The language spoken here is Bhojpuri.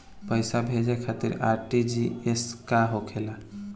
पैसा भेजे खातिर आर.टी.जी.एस का होखेला?